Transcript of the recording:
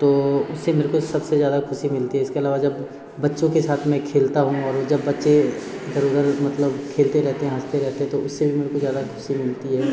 तो उससे मेरे को सब से ज़्यादा ख़ुशी मिलती है इसके अलावा जब बच्चों के साथ मैं खेलता हूँ और जब बच्चे इधर उधर मतलब खेलते रहते हैं हँसते रहते हैं तो उससे भी मेरे को ज़्यादा ख़ुशी मिलती है